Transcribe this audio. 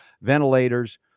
ventilators